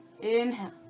inhale